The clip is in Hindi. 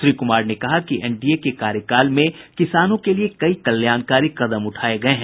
श्री कुमार ने कहा कि एनडीए के कार्यकाल में किसानों के लिए कई कल्याणकारी कदम उठाये गये हैं